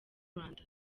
rwanda